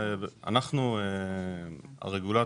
אנחנו הרגולטור.